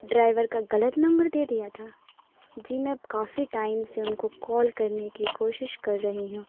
driver کا غلط number دے دیا تھا جی میں کافی ٹائم سے ان کو کال کرنے کی کوشش کر رہی ہوں